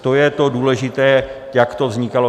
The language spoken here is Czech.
To je to důležité, jak to vznikalo.